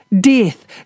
death